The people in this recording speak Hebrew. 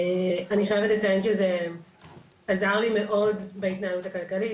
אני חייבת לציין שזה עזר לי מאוד בהתנהלות הכלכלית,